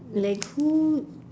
like who